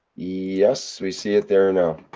yes! we see it there now.